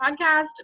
podcast